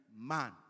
man